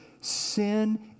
Sin